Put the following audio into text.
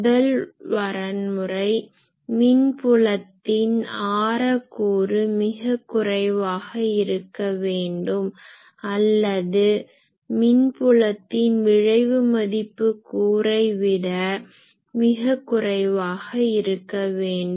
முதல் வரன்முறை மின் புலத்தின் ஆர கூறு மிக் குறைவாக இருக்க வேண்டும் அல்லது மின் புலத்தின் விழைவு மதிப்பு கூறை விட மிக குறைவாக இருக்க வேண்டும்